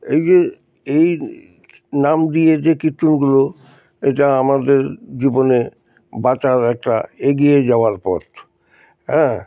এই যে এই নাম দিয়ে যে কীর্তনগুলো এটা আমাদের জীবনে বাঁচার একটা এগিয়ে যাওয়ার পথ হ্যাঁ